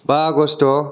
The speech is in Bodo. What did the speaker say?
बा आगष्त